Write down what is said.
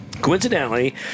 coincidentally